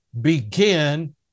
begin